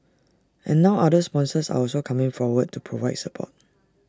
and now other sponsors are also coming forward to provide support